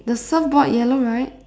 the surfboard yellow right